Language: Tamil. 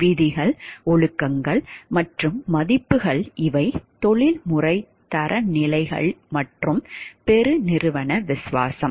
விதிகள் ஒழுக்கங்கள் மற்றும் மதிப்புகள் இவை தொழில்முறை தரநிலைகள் மற்றும் பெருநிறுவன விசுவாசம்